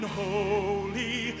holy